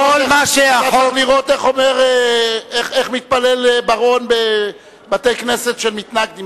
אתה צריך לראות איך מתפלל בר-און בבתי-כנסת של מתנגדים.